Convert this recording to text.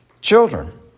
children